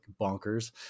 bonkers